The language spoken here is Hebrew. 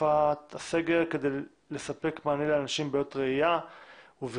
בתקופת הסגר כדי לספק מענה לאנשים עם בעיות ראיה ובכלל,